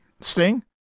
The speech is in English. Sting